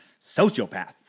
Sociopath